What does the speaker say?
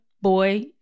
boy